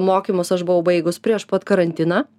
mokymus aš buvau baigus prieš pat karantiną